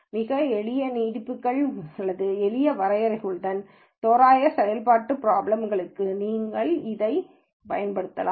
மிக எளிய நீட்டிப்புகள் அல்லது எளிய வரையறைகளுடன் தோராய செயல்பாட்டு பிராப்ளம்களுக்கு நீங்கள் இதைப் பயன்படுத்தலாம்